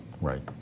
Right